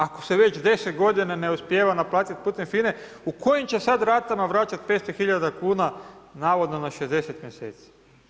Ako se već 10 g. ne uspijeva naplatiti putem FINA-e, u kojim će sada ratama vraćati 500 hiljada navodno na 60 mjeseci.